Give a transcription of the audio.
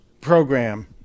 program